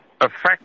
affect